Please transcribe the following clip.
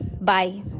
Bye